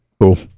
Cool